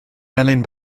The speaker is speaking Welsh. melyn